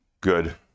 good